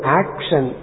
action